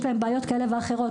יש להן בעיות כאלה ואחרות,